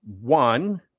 One